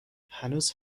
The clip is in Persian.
هنوز